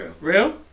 Real